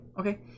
Okay